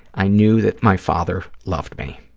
i knew that my father loved me.